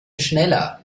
schneller